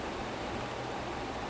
ya